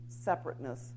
separateness